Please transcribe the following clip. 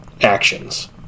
actions